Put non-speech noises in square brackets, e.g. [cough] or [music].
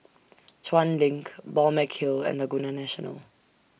[noise] Chuan LINK Balmeg Hill and Laguna National